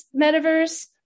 metaverse